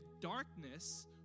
darkness